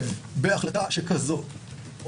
גם בהכנה לקריאה הראשונה וגם בהכנה לקריאה השנייה והשלישית,